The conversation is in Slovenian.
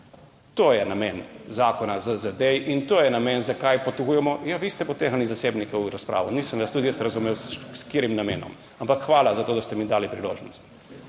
To je namen zakona ZZD in to je namen zakaj potegujemo. Ja, vi ste potegnili zasebnike v razpravo, nisem vas tudi jaz razumel s katerim namenom, ampak hvala za to, da ste mi dali priložnost.